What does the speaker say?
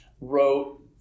wrote